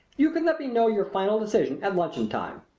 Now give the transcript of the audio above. you can let me know your final decision at luncheon-time.